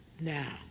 now